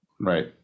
right